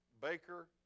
Baker